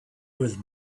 with